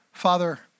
Father